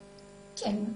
כן.